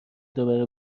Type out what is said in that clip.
دوباره